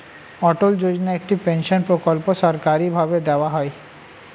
অটল যোজনা একটি পেনশন প্রকল্প সরকারি ভাবে দেওয়া হয়